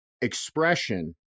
expression